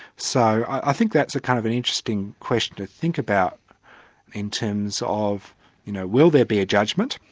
so i think that's a kind of an interesting question to think about in terms of you know will there be a judgment,